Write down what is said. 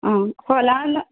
आ हॉलान